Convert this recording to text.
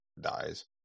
dies